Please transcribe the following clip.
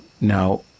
now